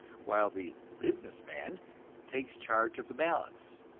while the business man takes charge of the balance.